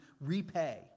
repay